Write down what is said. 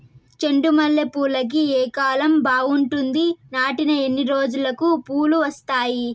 చెండు మల్లె పూలుకి ఏ కాలం బావుంటుంది? నాటిన ఎన్ని రోజులకు పూలు వస్తాయి?